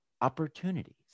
opportunities